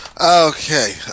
okay